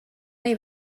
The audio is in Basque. nahi